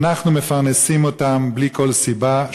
אנחנו מפרנסים אותם בלי כל סיבה,